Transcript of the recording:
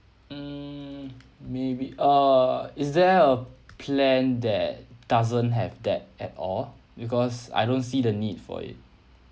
mm maybe err is there a plan that doesn't have that at all because I don't see the need for it